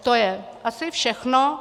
To je asi všechno.